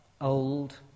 old